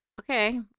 Okay